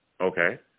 okay